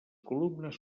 columnes